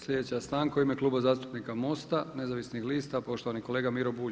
Sljedeća stanka u ime Kluba zastupnika MOST-a Nezavisnih lista, poštovani kolega Miro Bulj.